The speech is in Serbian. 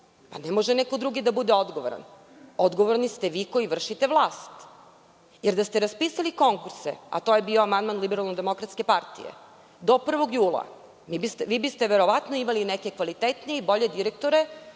Pa, ne može neko drugi da bude odgovoran. Odgovorni ste vi koji vršite vlast, jer da ste raspisali konkurse, a to je bio amandman LDP, do 1. jula, vi biste verovatno imali neke kvalitetnije i bolje direktore